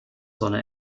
sonne